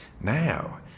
Now